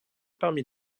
parmi